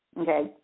Okay